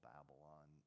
Babylon